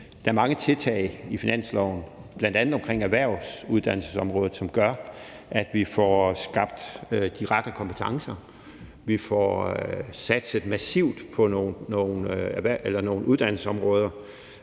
der er mange tiltag i finanslovsforslaget, bl.a. omkring erhvervsuddannelsesområdet, som gør, at vi får skabt de rette kompetencer. Vi får satset massivt på nogle uddannelsesområder,